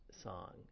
song